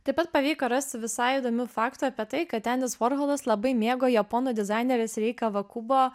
taip pat pavyko rasti visai įdomių faktų apie tai kad endis vorholas labai mėgo japonų dizainerės rei kawakubo